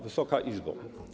Wysoka Izbo!